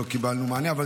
לא קיבלנו מענה.